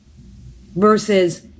versus